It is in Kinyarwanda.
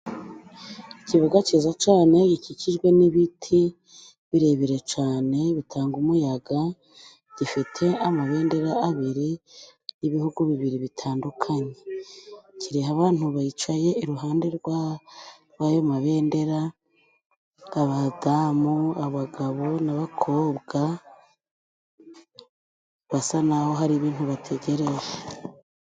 Ikibuga cyiza cane gikikijwe n'ibiti birebire cane bitanga umuyaga, gifite amabendera abiri y'ibihugu bibiri bitandukanye. Kiriho abantu bicaye iruhande rw'ayo mabendera, abadamu, abagabo n'abakobwa basa na ho hari ibintu bategereje.